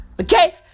Okay